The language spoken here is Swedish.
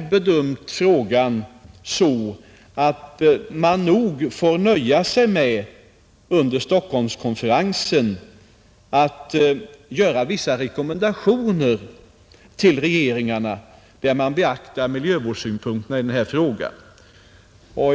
har bedömt frågan så att man nog får nöja sig med under Stockholmskonferensen att göra vissa rekommendationer till regeringarna, där man beaktar miljövårdssynpunkterna i den här frågan.